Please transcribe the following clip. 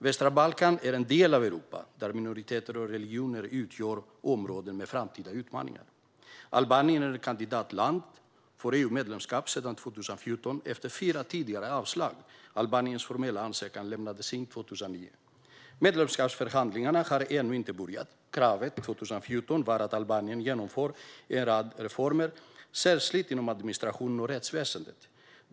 Västra Balkan är en del av Europa där minoriteter och religioner utgör områden med framtida utmaningar. Albanien är ett kandidatland för EU-medlemskap sedan 2014 efter fyra tidigare avslag. Albaniens formella ansökan lämnades in 2009. Medlemskapsförhandlingarna har ännu inte börjat. Kravet 2014 var att Albanien genomför reformer, särskilt inom administration och rättsväsen.